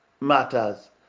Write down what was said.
matters